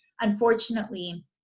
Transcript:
unfortunately